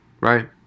Right